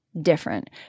Different